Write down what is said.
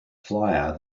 flier